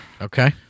Okay